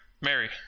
Mary